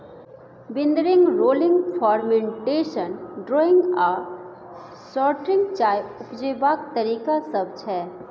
withering, rolling, fermentation, drying आ sorting चाय उपजेबाक तरीका सब छै